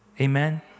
Amen